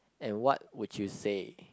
and what would you say